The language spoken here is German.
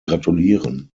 gratulieren